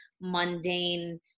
mundane